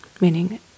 meaning